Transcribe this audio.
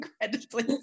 incredibly